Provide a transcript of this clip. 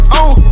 on